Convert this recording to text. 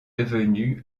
devenu